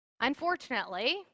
Unfortunately